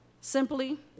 simply